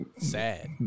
Sad